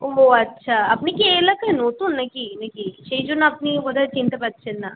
ও আচ্ছা আপনি কি এই এলাকায় নতুন না কি না কি সেই জন্য আপনি বোধ হয় চিনতে পাচ্ছেন না